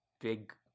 big